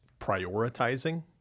prioritizing